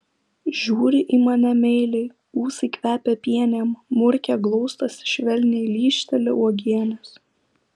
žiūri į mane meiliai ūsai kvepia pienėm murkia glaustosi švelniai lyžteli uogienės